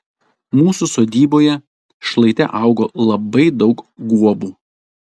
mūsų sodyboje šlaite augo labai daug guobų